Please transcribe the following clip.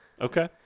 Okay